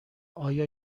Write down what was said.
آیا